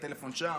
הטלפון שם,